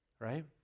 right